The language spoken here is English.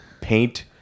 paint